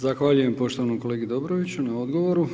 Zahvaljujem poštovanom kolegi Dobroviću na odgovoru.